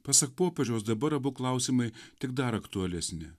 pasak popiežiaus dabar abu klausimai tik dar aktualesni